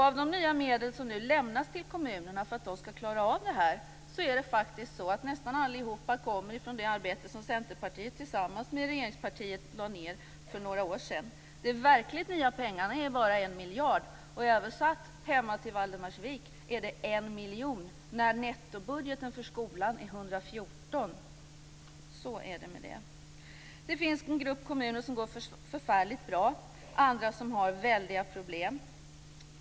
Av de nya medel som nu lämnas till kommunerna för att de ska klara av det här är det faktiskt så att nästan allt kommer från det arbete som Centerpartiet tillsammans med regeringspartiet lade ned för några år sedan. De verkligt nya pengarna är bara en miljard kronor. Översatt hem till Valdermarsvik är det en miljon kronor - när nettobudgeten för skolan är 114 miljoner. Så är det med det. Det finns en grupp kommuner som går förfärligt bra. Det finns andra som har väldiga problem.